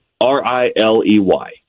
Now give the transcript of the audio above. R-I-L-E-Y